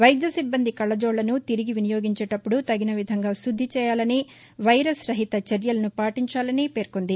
వైద్య సిబ్బంది కళ్భజోళ్ళను తిరిగి వినియోగించేటప్పుడు తగిన విధంగా శుద్దిచేయాలని వైరస్ రహిత చర్యలను పాటించాలని పేర్కొంది